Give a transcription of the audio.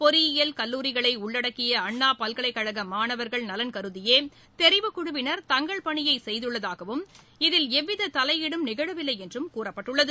பொறியியல் கல்லூரிகளை உள்ளடக்கிய அண்ணா பல்கலைக் கழக மாணவர்கள் நலன் கருதியே தெரிவுக்குழுவினர் தங்கள் பணியை செய்துள்ளதாகவும் இதில் எவ்வித தலையீடும் நிகழவில்லை என்றும் கூறப்பட்டுள்ளது